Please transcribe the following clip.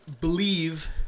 believe